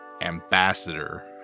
ambassador